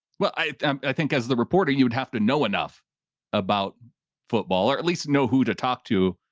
but i, um i think as the reporter, you would have to know enough about football or at least know who to talk to.